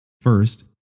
First